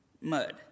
mud